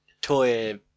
Toy